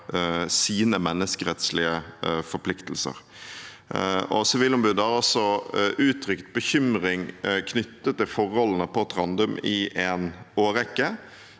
sine menneskerettslige forpliktelser. Sivilombudet har uttrykt bekymring knyttet til forholdene på Trandum i en årrekke